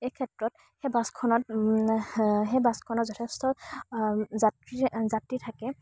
এই ক্ষেত্ৰত সেই বাছখনত সেই বাছখনত যথেষ্ট যাত্ৰী যাত্ৰী থাকে